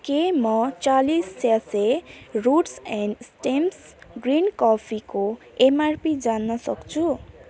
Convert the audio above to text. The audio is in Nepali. के म चालिस स्यासे रुट्स एन स्टेम्स ग्रिन कफीको एमआरपी जान्न सक्छु